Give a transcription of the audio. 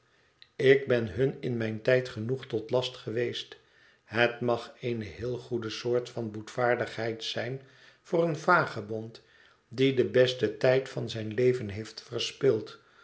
ik ben hun in mijn tijd genoeg tot last geweest het mag eene heel goede soort van boetvaardigheid zijn voor een vagebond die den besten tijd van zijn leven heeft verspild